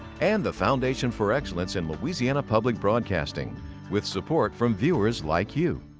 and the foundation for excellence in louisiana public broadcasting with support from viewers like you.